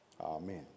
Amen